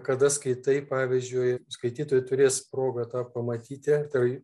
kada skaitai pavyzdžiui skaitytojai turės progą tą pamatyti tai yra